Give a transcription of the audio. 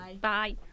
Bye